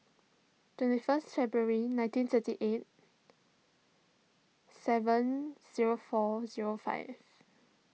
twenty first February nineteen thirty eight seven zero four zero five